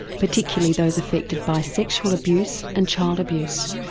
particularly those affected by sexual abuse and child abuse.